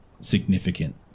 significant